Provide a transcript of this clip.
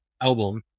album